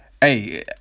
hey